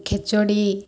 ଖେଚୁଡ଼ି